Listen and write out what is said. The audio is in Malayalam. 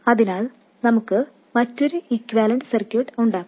അതിനാൽ നമുക്ക് മറ്റൊരു ഇക്യുവാലന്റ് സർക്യൂട്ട് ഉണ്ടാക്കാം